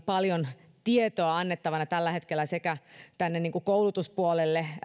paljon tietoa annettavana tällä hetkellä sekä koulutuspuolelle